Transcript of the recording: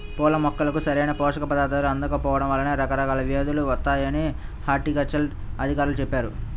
పూల మొక్కలకు సరైన పోషక పదార్థాలు అందకపోడం వల్లనే రకరకాల వ్యేదులు వత్తాయని హార్టికల్చర్ అధికారులు చెప్పారు